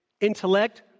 Intellect